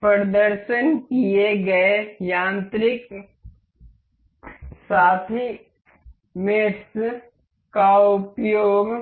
प्रदर्शन किए गए यांत्रिक साथी का उपयोग